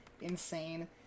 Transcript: insane